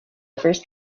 first